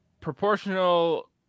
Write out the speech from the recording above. proportional